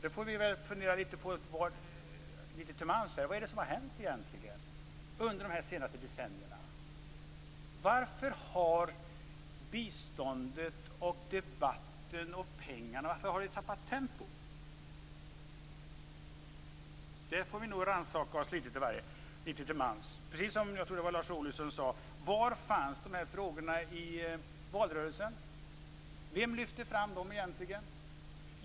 Vi kan litet till mans fråga oss vad det egentligen är som har hänt under de här senaste decennierna. Varför har biståndet och debatten om pengarna tappat tempo? Där får vi nog rannsaka oss litet till mans. Som Lars Ohly sade: Var fanns de här frågorna i valrörelsen? Vem lyfte fram dem?